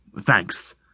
Thanks